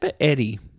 Eddie